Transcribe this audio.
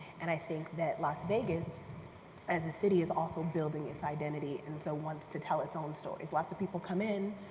and i think that las vegas as a city is also building its identity and so wants to tell its own stories. lots of people in,